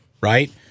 right